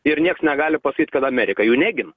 ir nieks negali pasakyt kad amerika jų negin